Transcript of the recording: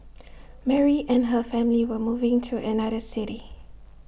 Mary and her family were moving to another city